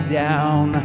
down